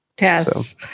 Yes